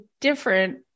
different